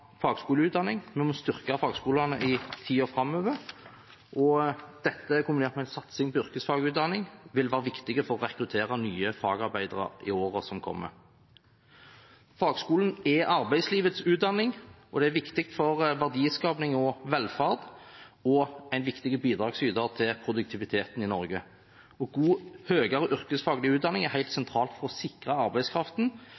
fagskoleutdanning. Vi må styrke fagskolene i tiden framover. Dette, kombinert med en satsing på yrkesfaglig utdanning, vil være viktig for å rekruttere nye fagarbeidere i årene som kommer. Fagskolen er arbeidslivets utdanning. Den er viktig for verdiskaping og velferd og en viktig bidragsyter til produktiviteten i Norge. God høyere yrkesfaglig utdanning er